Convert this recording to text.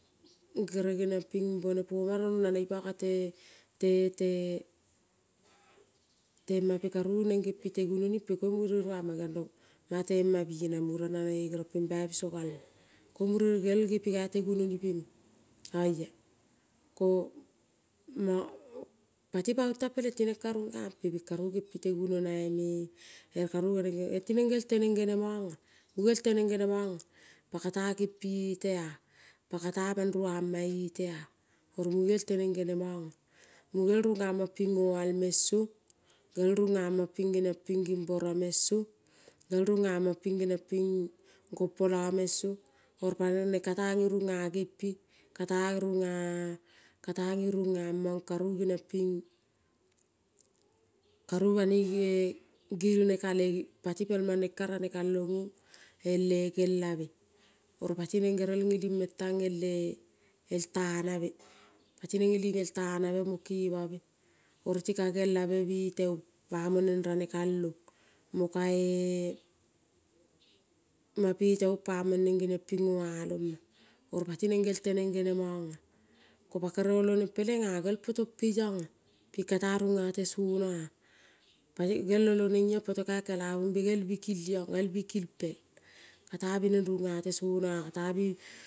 Kere geniong ping bone poma rong na neng ipo kate te te temampe karu neng ngempi te gunonimpe koing mure ruama geniong rong mangatemabi na mura na geniong ping boi biso galma, ko mure gerel gepi kai gunoni pe meng. Oia ko mong pati pa ong teng peleng pati neng ke rungeambe karu gempi te gunonome ere kanu oro tineng gerel teneng genemongea. Munge gel teneng ngenemongea kate gempi etea, pakete mangruama ete a oro munge gerel teneng genemongea. Munge gerel rungama ping ngoal neng song, gerel rung ama ping geniong ping gel gimboro meng song, gerel rungama ping geniong ping sompolo neng song oro neng katea ngi rungea gempi. kata runga ka tea ngi ninge mong karu geniong ping karu banoi gea gilne kale pati pelmong neng karane kalong ong ele gelabe. Oro pati neng gerel ngeling meng teng el el temabe, patineng ngeling el tanabe mo kevove oro ti ka gelave be bete ong bamong neng rane kalong mokae mapete ong pi mong neng ngeniong ping ngoalema. Oro pati neng gerel teneng ngenemongea. kopa kere no neng pelengea gel potompe iongea ping ke tea rongea tesonea. Pa gel oloneng iong poto kai kelabumbe gel bikel gong gel bi pi kil pel ka tea bineng rungea tesonea kata bi.